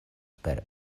per